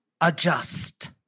adjust